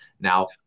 now